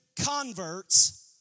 converts